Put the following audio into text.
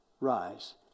rise